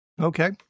Okay